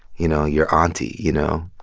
you know, your auntie, you know.